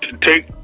take